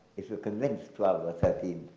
if you convince twelve or thirteen,